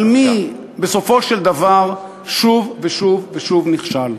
אבל מי בסופו של דבר שוב ושוב ושוב נכשל?